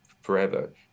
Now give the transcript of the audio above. forever